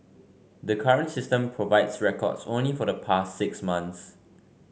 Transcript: the current system provides records only for the past six months